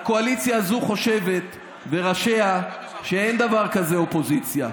הקואליציה הזאת וראשיה חושבים שאין דבר כזה אופוזיציה,